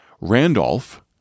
Randolph